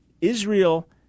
Israel